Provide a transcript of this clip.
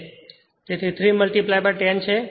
તેથી તે 3 10 છે